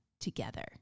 together